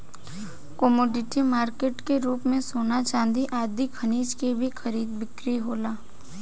commodity market के रूप में सोना चांदी आदि खनिज के भी खरीद बिक्री होला